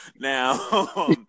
Now